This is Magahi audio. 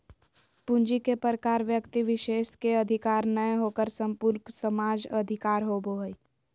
पूंजी के प्रकार व्यक्ति विशेष के अधिकार नय होकर संपूर्ण समाज के अधिकार होबो हइ